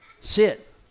sit